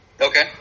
Okay